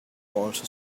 also